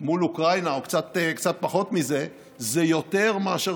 מול אוקראינה או קצת פחות מזה זה יותר מאשר